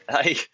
Hey